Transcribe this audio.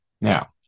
Now